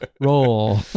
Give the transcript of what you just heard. roll